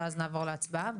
ואז נעבור להצבעה.